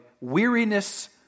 weariness